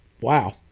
Wow